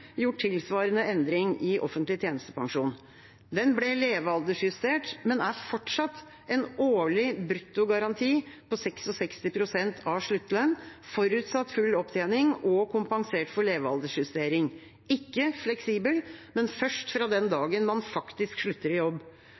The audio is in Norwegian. gjort tilsvarende endring i offentlig tjenestepensjon. Den ble levealdersjustert, men er fortsatt en årlig brutto garanti på 66 pst. av sluttlønn, forutsatt full opptjening og kompensert for levealdersjustering, ikke fleksibel, men først fra den dagen man faktisk slutter i jobb.